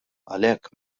għalhekk